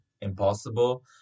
impossible